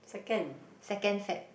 second Feb